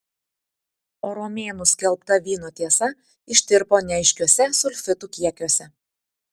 o romėnų skelbta vyno tiesa ištirpo neaiškiuose sulfitų kiekiuose